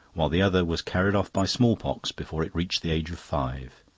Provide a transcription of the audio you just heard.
while the other was carried off by smallpox before it reached the age of five.